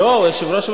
לא, הוא יושב-ראש ועדה.